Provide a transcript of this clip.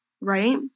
right